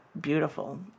beautiful